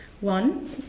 One